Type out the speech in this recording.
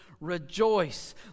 rejoice